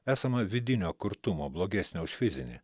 esama vidinio kurtumo blogesnio už fizinį